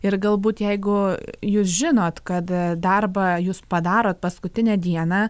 ir galbūt jeigu jūs žinot kad darbą jūs padarot paskutinę dieną